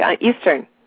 Eastern